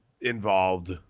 involved